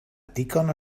digon